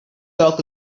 talk